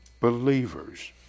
believers